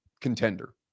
contender